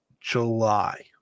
July